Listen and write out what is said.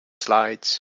slides